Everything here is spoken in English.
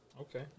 Okay